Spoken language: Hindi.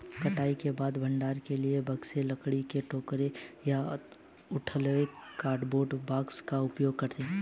कटाई के बाद भंडारण के लिए बक्से, लकड़ी के टोकरे या उथले कार्डबोर्ड बॉक्स का उपयोग करे